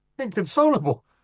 Inconsolable